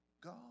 God